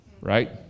right